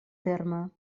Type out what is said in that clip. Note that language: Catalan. terme